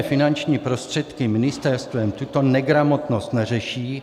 Finanční prostředky uvolněné ministerstvem tuto negramotnost neřeší.